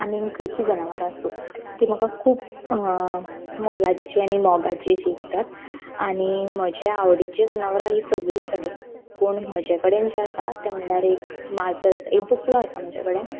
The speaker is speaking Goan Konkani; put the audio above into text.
आनीक खंयचीय जनावरां आसूं ती म्हाका खूब मोलाची आनी मोगाची अशीं दिसतात आनी म्हज्या आवडीची जनावरां हीं सगळींच जाली पूण म्हजे कडेन जें आसा तें म्हणल्यार एक मांजर एक बुकलो आसा म्हजे कडेन